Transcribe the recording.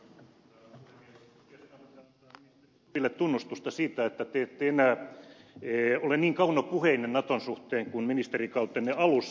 ulkoministeri stubb annan teille tunnustusta siitä että te ette enää ole niin kaunopuheinen naton suhteen kuin ministerikautenne alussa